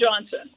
Johnson